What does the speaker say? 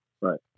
right